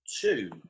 Two